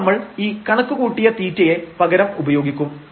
ഇനി നമ്മൾ ഈ കണക്കുകൂട്ടിയ θ യെ പകരം ഉപയോഗിക്കും